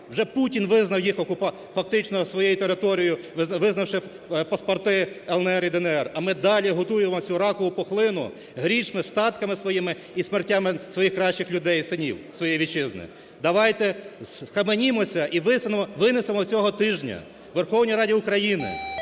Вже Путін визнав їх окупантами, фактично своєю територією, визнавши паспорти ЛНР і ДНР, а ми далі годуємо цю ракову пухлину грішми, статками своїми і смертями своїх кращих людей і синів своєї Вітчизни. Давайте схаменімося і винесемо цього тижні в Верховній Раді України